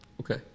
Okay